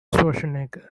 schwarzenegger